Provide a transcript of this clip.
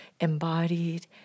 embodied